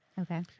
Okay